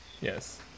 Yes